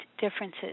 differences